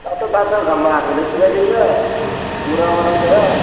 तातो तातो घाममा हामीले सुकाइदिन्छ बोरामा राखेर